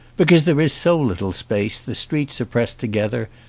because there is so little space the streets are pressed together,